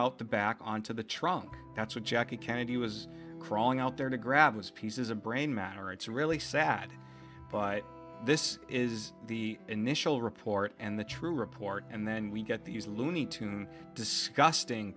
out the back on to the trunk that's what jackie kennedy was crawling out there to grab those pieces of brain matter it's really sad but this is the initial report and the true report and then we get these looney tunes disgusting